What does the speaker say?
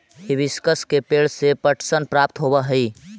hibiscus के पेंड़ से पटसन प्राप्त होव हई